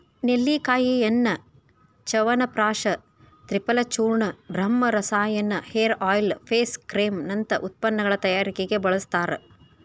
ನೆಲ್ಲಿಕಾಯಿಯನ್ನ ಚ್ಯವನಪ್ರಾಶ ತ್ರಿಫಲಚೂರ್ಣ, ಬ್ರಹ್ಮರಸಾಯನ, hair oil, face cream ನಂತ ಉತ್ಪನ್ನಗಳ ತಯಾರಿಕೆಗೆ ಬಳಸ್ತಾರ